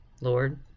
Lord